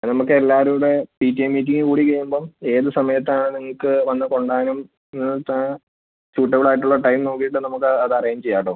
അത് നമുക്ക് എല്ലാവരും കൂടെ പി ടി എ മീറ്റിംഗ് കൂടി കഴിയുമ്പം ഏത് സമയത്താണ് നിങ്ങൾക്ക് വന്ന് കൊണ്ടുപോവാനും സ്യുട്ടബിൾ ആയിട്ടുള്ള ടൈം നോക്കിയിട്ട് നമുക്ക് അത് അറേഞ്ച് ചെയ്യാം കേട്ടോ